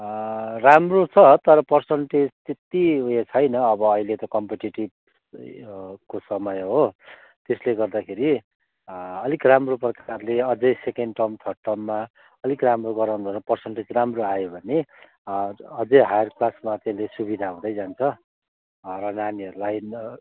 राम्रो छ तर पर्सेन्टेज त्यत्ति उयो छैन अब अहिले त कम्पिटिटिभ को समय हो त्यसले गर्दाखेरि अलिक राम्रो प्रकारले अझै सेकेन्ड टर्म थर्ड टर्ममा अलिक राम्रो गराउनुभयो र पर्सेन्टेज राम्रो आयो भने अझै हायर क्लासमा त्यसले सुविधा हुँदै जान्छ हाम्रो नानीहरूलाई न